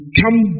come